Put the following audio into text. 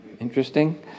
Interesting